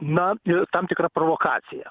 na tam tikra provokacija